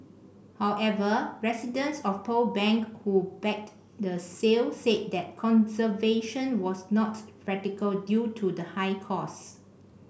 however residents of Pearl Bank who backed the sale said that conservation was not practical due to the high cost